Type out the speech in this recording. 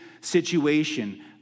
situation